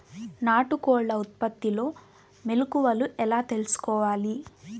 నాటుకోళ్ల ఉత్పత్తిలో మెలుకువలు ఎలా తెలుసుకోవాలి?